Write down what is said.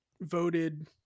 voted